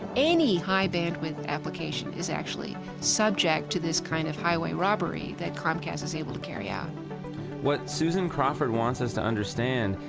any high bandwidth application is actually subject to this kind of highway robbery that comcast is able to carry out what susan crawford wants us to understand,